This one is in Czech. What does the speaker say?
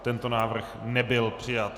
Tento návrh nebyl přijat.